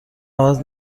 عوض